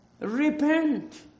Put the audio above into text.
Repent